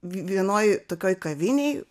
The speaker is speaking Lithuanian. vienoj tokioj kavinėj